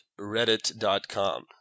reddit.com